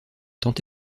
tant